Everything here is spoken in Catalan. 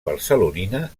barcelonina